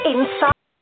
Inside